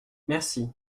merci